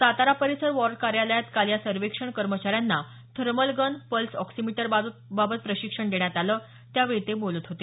सातारा परिसर वार्ड कार्यालयात काल या सर्वेक्षण कर्मचाऱ्यांना थर्मल गन पल्स ऑक्सिमीटरबाबत प्रशिक्षण देण्यात आलं त्यावेळी ते बोलत होते